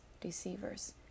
deceivers